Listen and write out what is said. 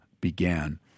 began